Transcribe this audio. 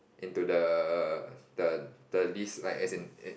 into the the the list like as in it